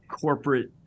corporate